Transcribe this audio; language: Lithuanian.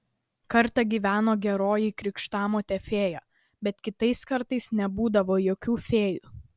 kartą gyveno geroji krikštamotė fėja bet kitais kartais nebūdavo jokių fėjų